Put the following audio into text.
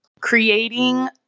creating